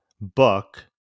book